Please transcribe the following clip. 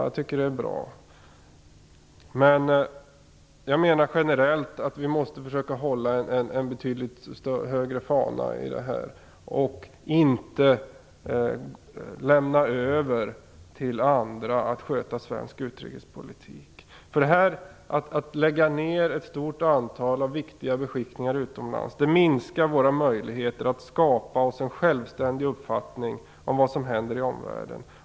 Jag tycker att det är bra. Men generellt måste vi försöka hålla fanan högre här. Vi får inte lämna över till andra att sköta svensk utrikespolitik. Att lägga ner ett stort antal viktiga beskickningar utomlands minskar våra möjligheter att skapa oss en självständig uppfattning av vad som händer i omvärlden.